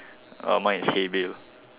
uh mine is hey Bill